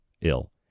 ill